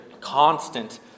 constant